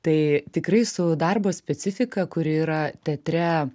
tai tikrai su darbo specifika kuri yra teatre